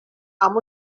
amb